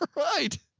right?